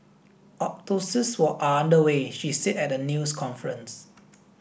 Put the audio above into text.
autopsies were under way she said at a news conference